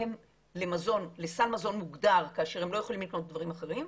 שהם לסל מזון מוגדר כאשר הם לא יכולים לקנות דברים אחרים,